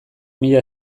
mila